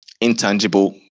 intangible